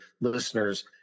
listeners